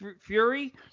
Fury